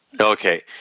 Okay